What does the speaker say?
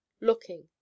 looking